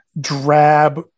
drab